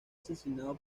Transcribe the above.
asesinado